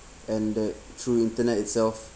and that through internet itself